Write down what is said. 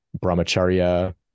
brahmacharya